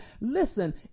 Listen